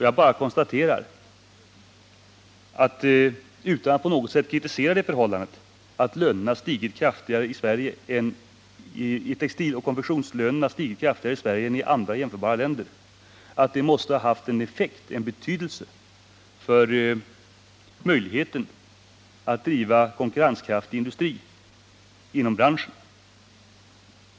Jag bara konstaterar, utan att på något sätt kritisera det förhållandet, att textiloch konfektionslönerna har stigit kraftigare i Sverige än i andra jämförbara länder, att det måste ha haft betydelse för möjligheten att driva en konkurrenskraftig industri inom branschen.